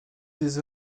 des